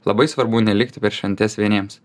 labai svarbu nelikti per šventes vieniems